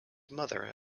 mother